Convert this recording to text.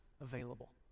available